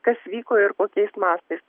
kas vyko ir kokiais mastais